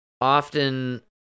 often